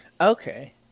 okay